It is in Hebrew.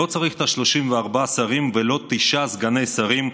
לא צריך את 34 השרים ולא תשעה סגני שרים,